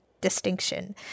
distinction